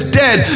dead